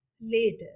later